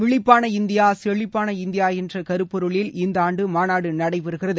விழிப்பான இந்தியாசெழிப்பான இந்தியாஎன்றகருப்பொருளில் இந்தஆண்டுமாநாடுநடைபெறுகிறது